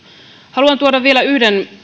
haluan tuoda vielä yhden